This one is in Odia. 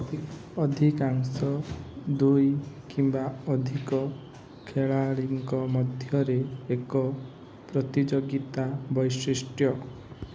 ଅଧିକାଂଶ ଦୁଇ କିମ୍ବା ଅଧିକ ଖେଳାଳିଙ୍କ ମଧ୍ୟରେ ଏକ ପ୍ରତିଯୋଗିତା ବୈଶିଷ୍ଟ୍ୟ